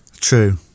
True